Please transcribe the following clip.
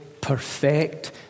perfect